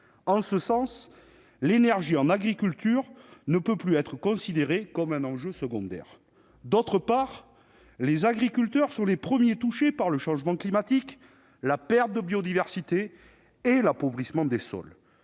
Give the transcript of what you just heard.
À cet égard, l'énergie en agriculture ne peut plus être considérée comme un enjeu secondaire. D'autre part, les agriculteurs sont les premiers touchés par le changement climatique, par la perte de biodiversité et par l'appauvrissement des sols.